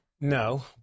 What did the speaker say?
No